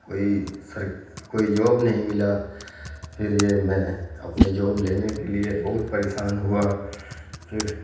کوئی سر کوئی جاب نہیں ملا پھر یہ میں اپنے جاب لینے کے لیے بہت پریشان ہوا پھر